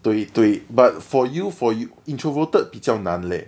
对对 but for you for you introverted 比较难 leh